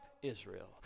Israel